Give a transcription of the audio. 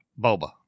Boba